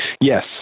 Yes